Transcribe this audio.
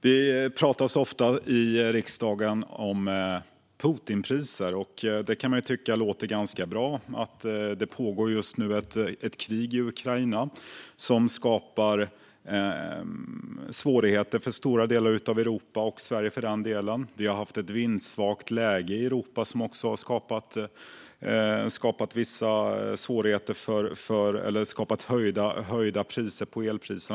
Det pratas ofta i riksdagen om Putinpriser, och det kan man tycka låter ganska bra. Det pågår just nu ett krig i Ukraina, vilket skapar svårigheter för stora delar av Europa och även för Sverige. Vi har haft ett vindsvagt läge i Europa som också har gett upphov till höjda elpriser.